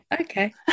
Okay